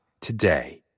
today